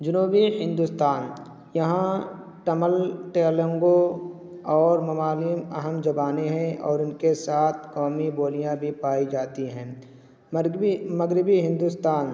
جنوبی ہندوستان یہاں ٹمل ٹیلنگو اور ممالیم اہم زبانیں ہیں اور ان کے ساتھ قومی بولیاں بھی پائی جاتی ہیں مغربی ہندوستان